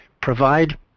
provide